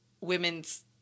women's